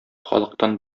халыктан